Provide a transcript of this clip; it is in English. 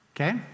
Okay